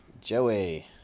Joey